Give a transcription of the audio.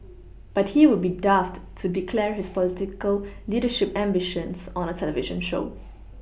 but he would be daft to declare his political leadership ambitions on a television show